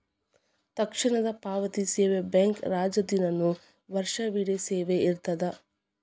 ತಕ್ಷಣದ ಪಾವತಿ ಸೇವೆ ಬ್ಯಾಂಕ್ ರಜಾದಿನಾನು ವರ್ಷವಿಡೇ ಸೇವೆ ಇರ್ತದ